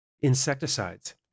insecticides